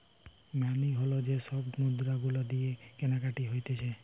মানি হল যে সব মুদ্রা গুলা দিয়ে কেনাকাটি হতিছে